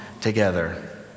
together